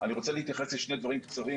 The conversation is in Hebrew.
אני רוצה להתייחס לשני דברים בקצרה.